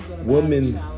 woman